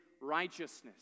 righteousness